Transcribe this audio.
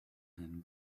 him